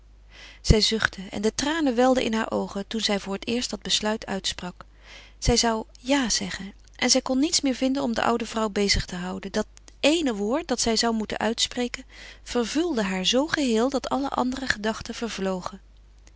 zij zuchtte en de tranen welden in haar oogen toen zij voor het eerst dat besluit uitsprak zij zou ja zeggen en zij kon niets meer vinden om de oude vrouw bezig te houden dat eene woord dat zij zou moeten uitspreken vervulde haar zoo geheel dat alle andere gedachten vervlogen